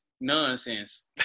nonsense